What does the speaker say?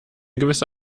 gewisse